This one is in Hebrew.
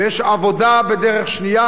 ויש העבודה בדרך שנייה,